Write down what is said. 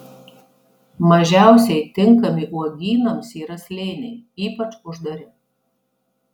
mažiausiai tinkami uogynams yra slėniai ypač uždari